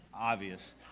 obvious